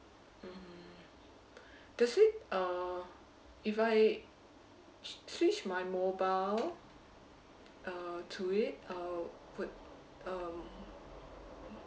mmhmm does it uh if I s~ switch my mobile uh to it uh would um